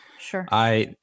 Sure